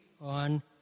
on